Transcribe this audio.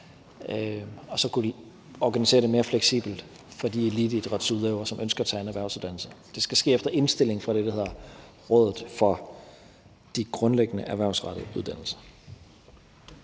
og så at kunne organisere det mere fleksibelt for de eliteidrætsudøvere, der ønsker at tage en erhvervsuddannelse. Det skal ske efter indstilling fra det, der hedder Rådet for de Grundlæggende Erhvervsrettede Uddannelser.